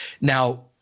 Now